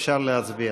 אפשר להצביע.